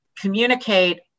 communicate